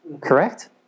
Correct